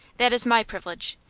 that is my privilege.